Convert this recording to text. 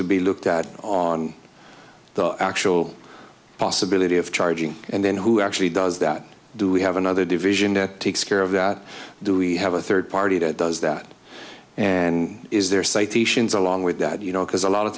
to be looked at on the actual possibility of charging and then who actually does that do we have another division that takes care of that do we have a third party that does that and is there citations along with that you know because a lot